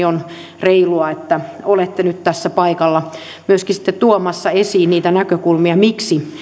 on reilua että olette nyt tässä paikalla myöskin sitten tuomassa esiin niitä näkökulmia miksi